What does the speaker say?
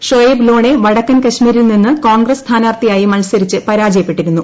ഷൊയേബ് ലോണേ വടക്കൻ കശ്മീരിൽ നിന്ന് കോൺഗ്രസ് സ്ഥാനാർത്ഥിയായി മത്സരിച്ച് പരാജയപ്പെട്ടിരുന്നു